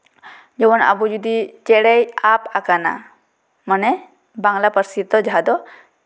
ᱡᱮᱢᱚᱱ ᱟᱵᱚ ᱡᱩᱫᱤ ᱪᱮᱬᱮᱸᱭ ᱟᱰᱽ ᱟᱠᱟᱱᱟ ᱢᱟᱱᱮ ᱵᱟᱝᱞᱟ ᱯᱟᱹᱨᱥᱤ ᱛᱮᱫᱚ ᱡᱟᱦᱟᱸ ᱫᱚ